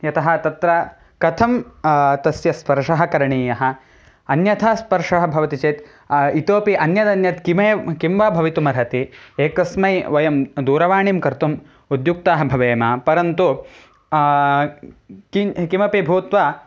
यतः तत्र कथं तस्य स्पर्शः करणीयः अन्यथा स्पर्शः भवति चेत् इतोऽपि अन्यदन्यत् किमे किं वा भवितुमर्हति एकस्मै वयं दूरवाणीं कर्तुम् उद्युक्ताः भवेम परन्तु किञ् किमपि भूत्वा